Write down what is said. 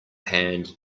hand